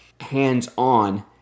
hands-on